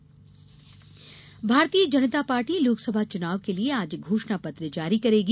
भाजपा घोषणा पत्र भारतीय जनता पार्टी लोकसभा चुनाव के लिए आज घोषणा पत्र जारी करेगी